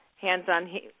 hands-on